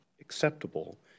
acceptable